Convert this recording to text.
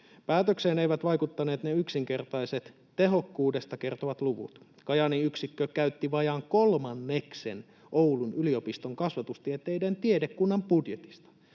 Päätökseen eivät vaikuttaneet ne yksinkertaiset, tehokkuudesta kertovat luvut. Kajaanin yksikkö käytti vajaan kolmanneksen Oulun yliopiston kasvatustieteiden tiedekunnan budjetista.